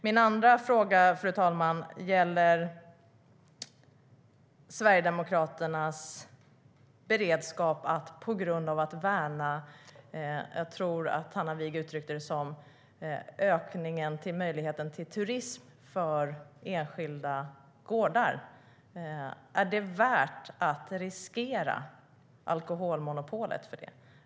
Min andra fråga gäller Sverigedemokraternas beredskap att värna vad Hanna Wigh kallade för, tror jag, möjligheten till turism för enskilda gårdar. Är det värt att riskera alkoholmonopolet för detta?